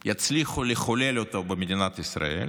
יצליחו לחולל אותו במדינת ישראל,